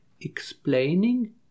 explaining